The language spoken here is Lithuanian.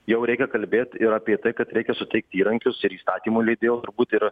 jau reikia kalbėt ir apie tai kad reikia suteikt įrankius ir įstatymų leidėjo turbūt ir